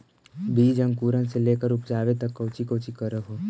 बीज अंकुरण से लेकर उपजाबे तक कौची कौची कर हो?